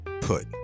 put